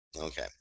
Okay